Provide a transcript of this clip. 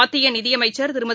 மத்திய நிதியமைச்சர் திருமதி